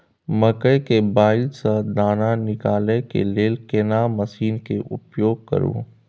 मकई के बाईल स दाना निकालय के लेल केना मसीन के उपयोग करू?